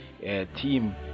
Team